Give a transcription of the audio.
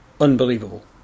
unbelievable